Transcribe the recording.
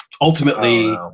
ultimately